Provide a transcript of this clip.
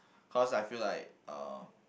cause I feel like uh